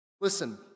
Listen